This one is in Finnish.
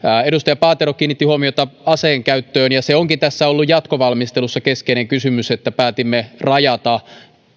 edustaja paatero kiinnitti huomiota aseenkäyttöön ja se onkin tässä ollut jatkovalmistelussa keskeinen kysymys että päätimme rajata